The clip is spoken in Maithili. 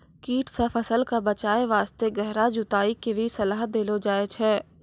कीट सॅ फसल कॅ बचाय वास्तॅ गहरा जुताई के भी सलाह देलो जाय छै